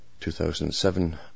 2007